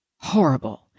horrible